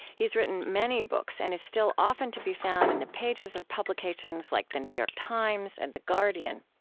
he's written many books and is still often to be found in the pages of publications like the new york times and the guardian.